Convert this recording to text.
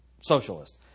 socialist